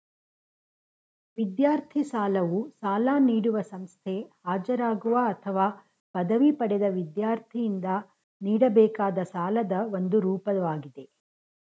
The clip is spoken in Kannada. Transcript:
ವಿದ್ಯಾರ್ಥಿ ಸಾಲವು ಸಾಲ ನೀಡುವ ಸಂಸ್ಥೆ ಹಾಜರಾಗುವ ಅಥವಾ ಪದವಿ ಪಡೆದ ವಿದ್ಯಾರ್ಥಿಯಿಂದ ನೀಡಬೇಕಾದ ಸಾಲದ ಒಂದು ರೂಪವಾಗಿದೆ